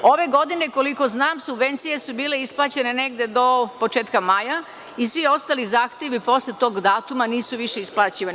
Ove godine, koliko znam, subvencije su bile isplaćene negde do početka maja i ostali zahtevi posle tog datuma nisu više isplaćivani.